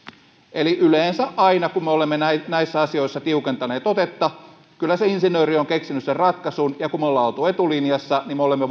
eli kyllä yleensä aina kun me olemme näissä näissä asioissa tiukentaneet otetta se insinööri on keksinyt sen ratkaisun ja kun me olemme olleet etulinjassa niin me olemme